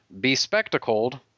bespectacled